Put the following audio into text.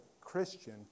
Christian